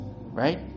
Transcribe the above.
right